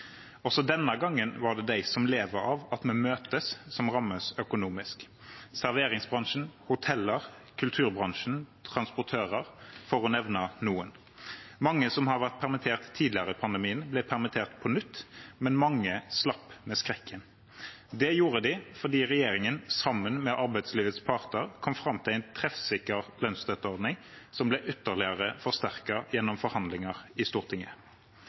Også denne gangen var det de som lever av at vi møtes, som ble rammet økonomisk: serveringsbransjen, hoteller, kulturbransjen og transportører, for å nevne noen. Mange som har vært permittert tidligere i pandemien, ble permittert på nytt, men mange slapp med skrekken. Det gjorde de fordi regjeringen, sammen med arbeidslivets parter, kom fram til en treffsikker lønnsstøtteordning, som ble ytterligere forsterket gjennom forhandlinger i Stortinget.